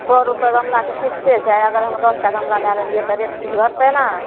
सओ रुपैये गमलाके फिक्से छै आइ अगर हम दसटा गमला लए लेलियै तऽ रेट किछु घटतय नहि